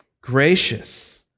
gracious